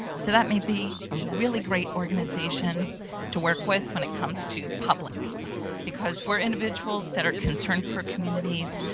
so that may be a really great organization to work with when it comes to public because we're individuals that are concerned for communities,